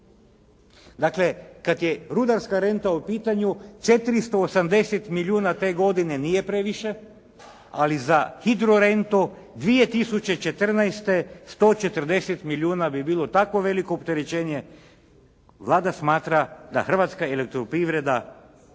Dakle, kada je rudarska renta u pitanju 480 milijuna te godine nije previše ali za hidrorentu 2014. 140 milijuna vi bilo tako veliko opterećenje. Vlada smatra da hrvatska elektroprivreda